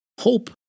hope